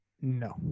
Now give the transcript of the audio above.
No